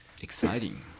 exciting